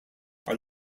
are